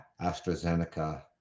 AstraZeneca